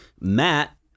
Matt